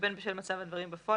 ובין בשל מצב הדברים בפועל,